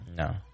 No